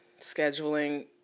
scheduling